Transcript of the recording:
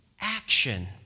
action